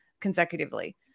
consecutively